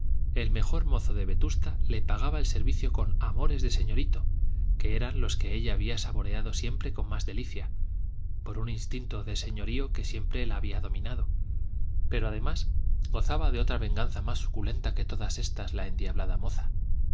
el mejor mozo de vetusta le pagaba el servicio con amores de señorito que eran los que ella había saboreado siempre con más delicia por un instinto de señorío que siempre la había dominado pero además gozaba de otra venganza más suculenta que todas estas la endiablada moza